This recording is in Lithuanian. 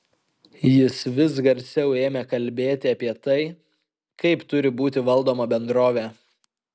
jis vis garsiau ėmė kalbėti apie tai kaip turi būti valdoma bendrovė